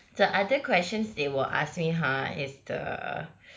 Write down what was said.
the other question they will ask me ha is the